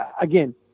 Again